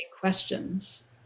questions